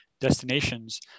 destinations